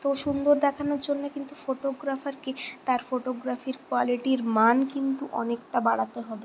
তো সুন্দর দেখানোর জন্যে কিন্তু ফোটোগ্রাফারকে তার ফোটোগ্রাফির কোয়ালিটির মান কিন্তু অনেকটা বাড়াতে হবে